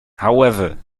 however